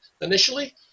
initially